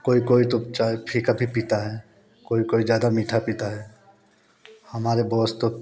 कोई कोई तो चाय फीका भी पीता है कोई कोई ज़्यादा मीठा पीता है हमारे बॉस तो